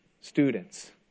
students